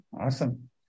Awesome